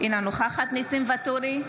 אינה נוכחת ניסים ואטורי,